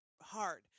hard